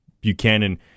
Buchanan